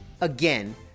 Again